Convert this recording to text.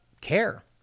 care